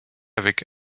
avec